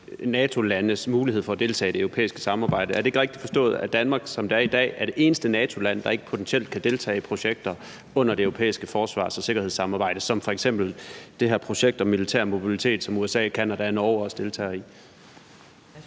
Er det ikke rigtigt forstået, at Danmark, som det er i dag, er det eneste NATO-land, der ikke potentielt kan deltage i projekter under det europæiske forsvars- og sikkerhedssamarbejde som f.eks. det her projekt om militær mobilitet, som USA, Canada og Norge også deltager i?